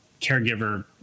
caregiver